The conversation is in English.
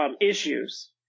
issues